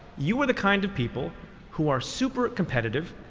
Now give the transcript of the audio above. you are the kind of people who are super competitive,